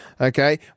Okay